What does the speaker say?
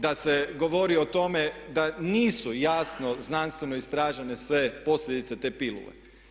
Da se govori o tome da nisu jasno znanstveno istražene sve posljedice te pilule.